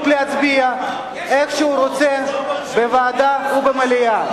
להצביע איך שהוא רוצה בוועדה ובמליאה.